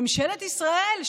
ממשלת ישראל,